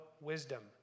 wisdom